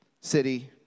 city